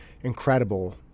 incredible